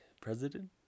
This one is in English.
president